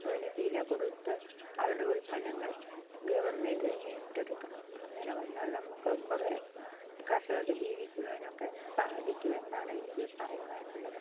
അതിന് വില കൊടുത്ത് അവരുടെ ഉൽപ്പന്നങ്ങൾ ഗവണ്മെന്റ് തന്നെ ഇട്ടെടുക്കണം അങ്ങനെ വന്നാൽ നമുക്ക് കുറെ കർഷകർക്ക് ജീവിക്കുവാനൊക്കെ സാധിക്കും എന്നാണ് എനിക്ക് പറയുവാനുള്ളത്